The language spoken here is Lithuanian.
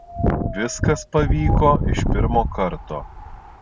viskas pavyko iš pirmo karto